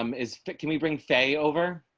um is it can we bring fail over.